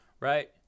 right